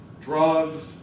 drugs